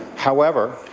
however,